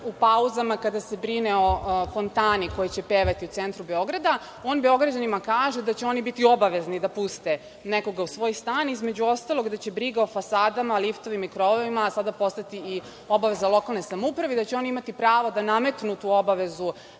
u pauzama kada se brine o fontani koja će pevati u centru Beograda, on Beograđanima kaže da će oni biti obavezni da puste nekoga u svoj stan, između ostalog da će brigu o fasadama, liftovima, krovovima sada postati i obaveza lokalne samouprave i da će oni imati pravo da nametnu tu obavezu